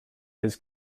his